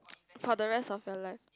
for the rest of your life